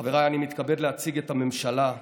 חבריי, אני מתכבד להציג את הממשלה,